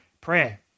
prayer